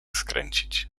skręcić